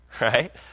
right